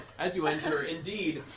as you enter, indeed,